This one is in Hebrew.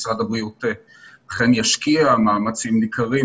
משרד הבריאות אכן ישקיע מאמצים ניכרים